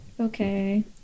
Okay